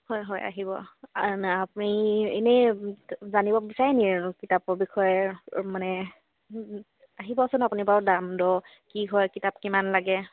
হয় হয় আহিব আপুনি এনেই জানিব বিচাৰে নেকি আৰু কিতাপৰ বিষয়ে মানে আহিবচোন আপুনি বাৰু দাম দৰ কি হয় কিতাপ কিমান লাগে